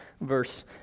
verse